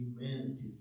humanity